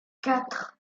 quatre